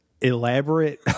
elaborate